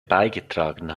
beigetragen